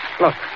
Look